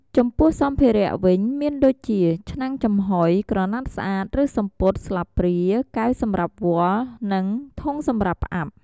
ចំពោះសម្ភារៈវិញមានដូចជា ឆ្នាំងចំហុយ ក្រណាត់ស្អាត ឬសំពត់ ស្លាបព្រា កែវសម្រាប់វាស់ និងធុងសម្រាប់ផ្អាប់។